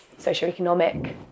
socioeconomic